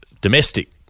domestic